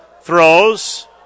throws